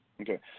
Okay